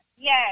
Yes